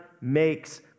makes